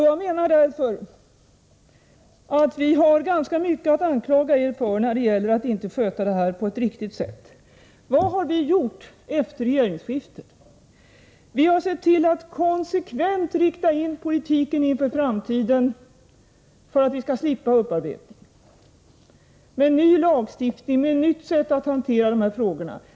Jag menar därför att vi har ganska mycket att anklaga er för när det gäller att de här frågorna inte skötts på ett riktigt sätt. Vad har vi gjort efter regeringsskiftet? Vi har sett till att konsekvent rikta in politiken inför framtiden så, att vi skall slippa upparbetning — med en ny lagstiftning och med ett nytt sätt att hantera de här frågorna.